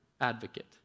advocate